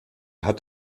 hat